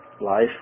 life